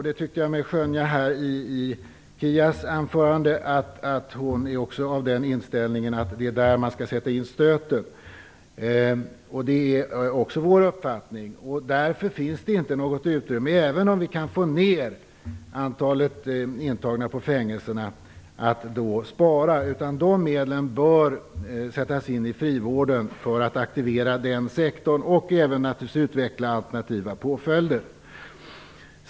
Jag tyckte mig skönja i Kia Andreassons anförande att hon också tyckte att man skall sätta in stöten där. Det är även vår uppfattning. Även om vi kan få ner antalet intagna på fängelserna finns det inget utrymme att spara. De medlen bör sättas in i frivården så att den sektorn aktiveras, och man bör naturligtvis även utveckla alternativa påföljder.